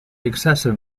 excessive